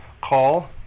call